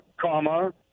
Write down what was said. comma